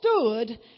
stood